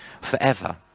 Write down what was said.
forever